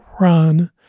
run